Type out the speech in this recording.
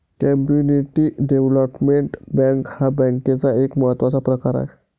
community development bank हा बँकेचा एक महत्त्वाचा प्रकार आहे